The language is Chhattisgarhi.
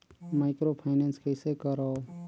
माइक्रोफाइनेंस कइसे करव?